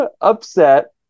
upset